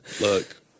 Look